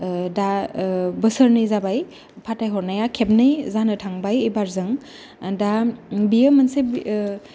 दा बोसोरनै जाबाय फाथायहरनाया खेबनै जानो थांबाय एबारजों दा बियो मोनसे बि